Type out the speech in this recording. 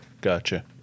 Gotcha